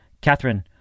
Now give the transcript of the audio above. Catherine